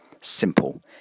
Simple